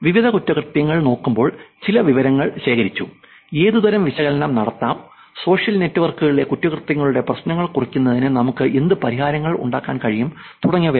വിവിധ കുറ്റകൃത്യങ്ങൾ നോക്കുമ്പോൾ ചില വിവരങ്ങൾ ശേഖരിച്ചു ഏതുതരം വിശകലനം നടത്താം സോഷ്യൽ നെറ്റ്വർക്കുകളിലെ കുറ്റകൃത്യങ്ങളുടെ പ്രശ്നങ്ങൾ കുറയ്ക്കുന്നതിന് നമുക്ക് എന്ത് പരിഹാരങ്ങൾ ഉണ്ടാക്കാൻ കഴിയും തുടങ്ങിയവ